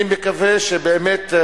אני מקווה שבאמת,